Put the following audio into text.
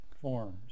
forms